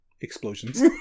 Explosions